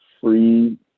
free